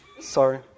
Sorry